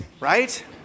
Right